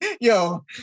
yo